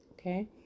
okay